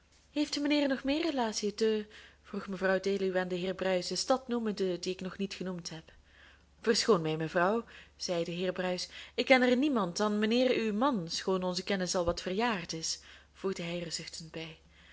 heeft mijnheer nog meer relatiën te vroeg mevrouw deluw aan den heer bruis de stad noemende die ik nog niet genoemd heb verschoon mij mevrouw zei de heer bruis ik ken er niemand dan mijnheer uw man schoon onze kennis al wat verjaard is voegde hij er zuchtend bij